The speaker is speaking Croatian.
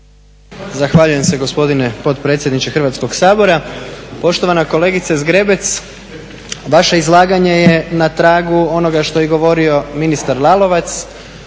Zahvaljujem se gospodine potpredsjedniče Hrvatskog sabora. Poštovana kolegice Zgrebec vaše izlaganje je na tragu onoga što je govorio i ministar Lalovac,